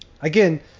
again